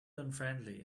unfriendly